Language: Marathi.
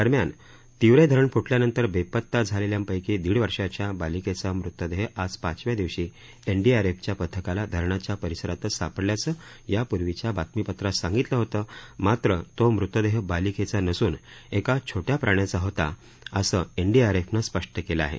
दरम्यान तिवरे धरण फूटल्यानंतर बेपत्ता झालेल्यांपैकी दीड वर्षाच्या बालिकेचा मृतदेह आज पाचव्या दिवशी एनडीआरएफच्या पथकाला धरणाच्या परिसरातच सापडल्याचं यापूर्वीच्या बातमीपत्रात सांगितलं होतं मात्र तो मृतदेह बालिकेचा नसून एका छोट्या प्राण्याचा होता असं एनडीआरएफनं स्पष्ट केलं आहे